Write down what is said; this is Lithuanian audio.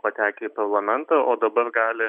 patekę į parlamentą o dabar gali